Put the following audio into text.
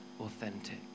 authentic